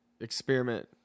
experiment